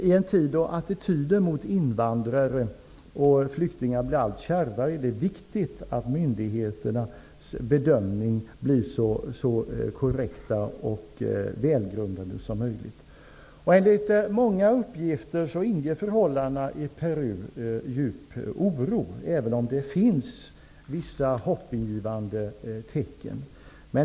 I en tid då attityden mot invandrare och flyktingar blir allt kärvare är det viktigt att myndigheternas bedömningar blir så korrekta och välgrundade som möjligt. Enligt många uppgifter inger förhållandena i Peru djup oro, även om det finns vissa hoppingivande tecken.